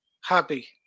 happy